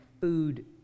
food